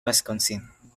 wisconsin